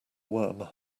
worm